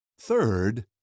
Third